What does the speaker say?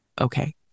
okay